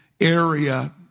area